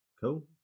Cool